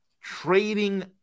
trading